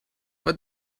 but